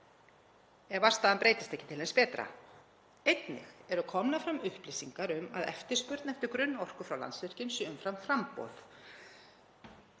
ef vatnsstaðan breytist ekki til hins betra. Einnig eru komnar fram upplýsingar um að eftirspurn eftir grunnorku frá Landsvirkjun sé umfram framboð.“